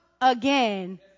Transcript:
again